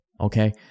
Okay